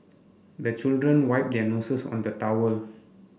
the children wipe their noses on the towel